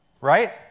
right